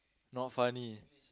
not funny